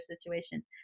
situation